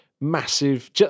massive